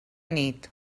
nit